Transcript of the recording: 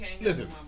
Listen